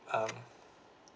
um